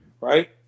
right